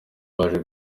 baje